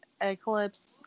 Eclipse